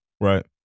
Right